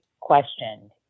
Questioned